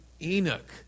Enoch